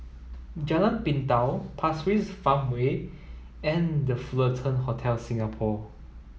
Jalan Pintau Pasir Ris Farmway and The Fullerton Hotel Singapore